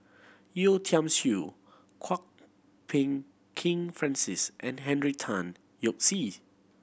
Yeo Tiam Siew Kwok Peng Kin Francis and Henry Tan Yoke See